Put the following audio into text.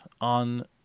on